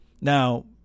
Now